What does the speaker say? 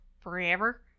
forever